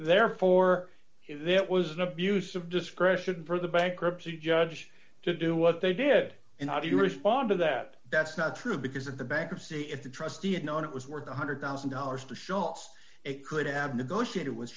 therefore it was an abuse of discretion for the bankruptcy judge to do what they did and how do you respond to that that's not true because of the bankruptcy if the trustee had known it was worth one hundred thousand dollars to show us it could have negotiated w